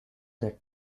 that